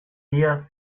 día